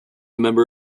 member